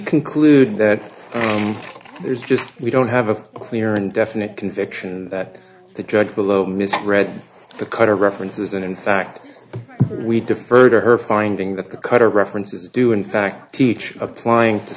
conclude that there's just we don't have a clear and definite conviction that the drug below misread the cutter references and in fact we defer to her finding that the cutter references do in fact teach applying to